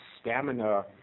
stamina